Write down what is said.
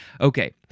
okay